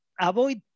avoid